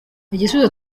igisubizo